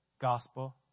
gospel